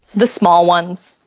the small ones.